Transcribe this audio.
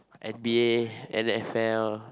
N_B_A N_F_L